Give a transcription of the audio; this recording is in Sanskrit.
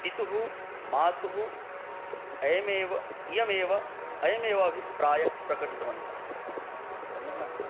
पितुः मातुः अयमेव इयमेव अयमेव अभिप्रायः प्रकटितवन्तः सम्यक् नास्ति